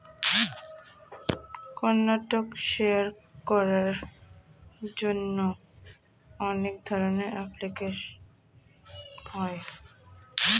contact share করার জন্য অনেক ধরনের অ্যাপ্লিকেশন হয়